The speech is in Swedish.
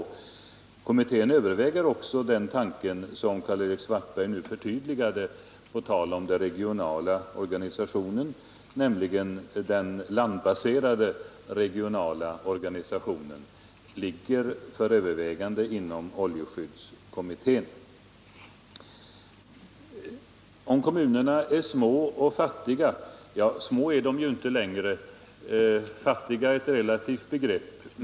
Oljeskyddskommittén överväger också den tanke som Karl-Erik Svartberg nu förtydligade på tal om den regionala organisationen, nämligen att man bör ha en landbaserad regional organisation. Karl-Erik Svartberg berörde ekonomin och talade om små och fattiga kommuner. Små är de ju inte längre, och fattig är ett relativt begrepp.